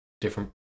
different